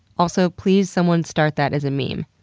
also, please someone start that as a meme.